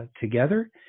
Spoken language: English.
together